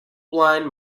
blind